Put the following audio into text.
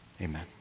Amen